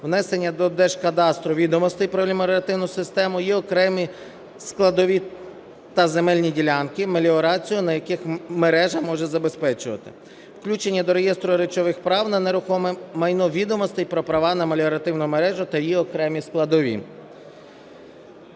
внесення до Держкадастру відомостей про меліоративну систему, її окремі складові та земельні ділянки, меліорацію на яких мережа може забезпечувати; включення до реєстру речових прав на нерухоме майно відомостей про права на меліоративну мережу та її окремі складові.